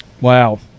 Wow